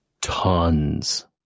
tons